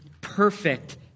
perfect